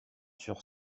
sur